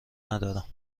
ندارم